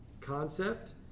concept